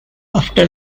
after